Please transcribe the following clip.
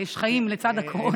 יש חיים לצד הקורונה.